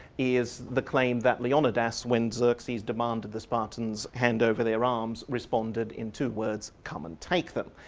is the claim that leonidas when xerxes demanded the spartans' handover their arms responded in two words, come and take them.